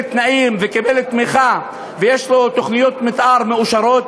תנאים וקיבל תמיכה ויש לו תוכניות מתאר מאושרות?